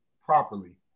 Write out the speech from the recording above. properly